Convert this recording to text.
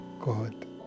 God